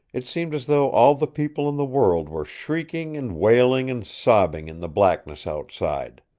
it seemed as though all the people in the world were shrieking and wailing and sobbing in the blackness outside.